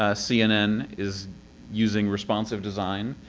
ah cnn is using responsive design.